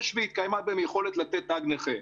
יש והתקיימה בהן יכולת לתת תג נכה.